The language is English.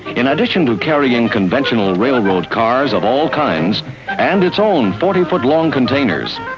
in addition to carrying conventional railroad cars of all kinds and its own forty foot long containers,